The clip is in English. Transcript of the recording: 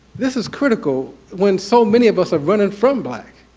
this is critical when so many of us are running from black.